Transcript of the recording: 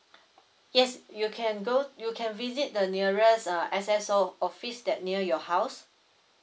yes you can go you can visit the nearest uh access S_S_O office that near your house